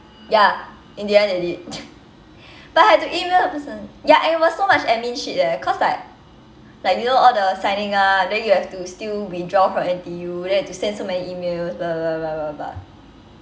ya in the end they did but I had to email the person ya and it was so much admin shit eh cause like like you know all the signing up then you have to still withdraw from N_T_U then I had to send so many emails blah blah blah blah blah